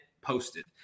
posted